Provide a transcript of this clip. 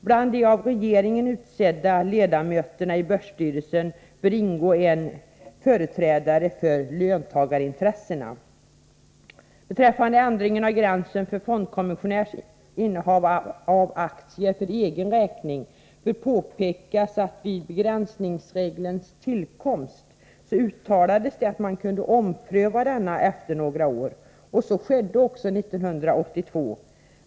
Bland de av regeringen utsedda ledamöterna i börsstyrelsen bör ingå en företrädare för löntagarintressena. Beträffande ändringen av gränsen för fondkommissionärs innehav av aktier för egen räkning bör påpekas att vid begränsningsregelns tillkomst uttalades det att den kunde behöva omprövas efter några år. Så skedde 1982.